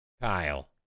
Kyle